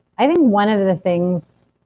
i think one of the things